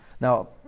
Now